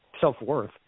self-worth